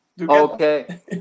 Okay